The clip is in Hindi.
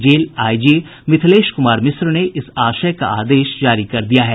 जेल आईजी मिथिलेश कुमार मिश्र ने इस आशय का आदेश जारी कर दिया है